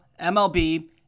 MLB